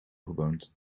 gewoond